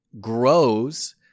grows